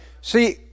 See